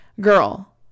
girl